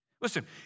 Listen